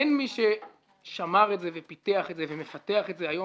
אין מי ששמר את זה ופיתח את זה ומפתח את זה היום